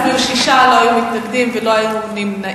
שישה, לא היו מתנגדים ולא היו נמנעים.